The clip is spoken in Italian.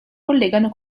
collegano